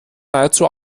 nahezu